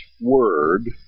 word